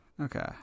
Okay